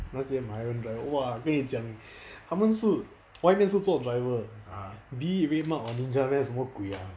那些马来人 driver !wah! 跟你讲他们是外面是做 driver be it red mart or ninja van 什么鬼 lah